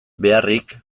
beharrik